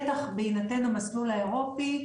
בטח בהינתן המסלול האירופי,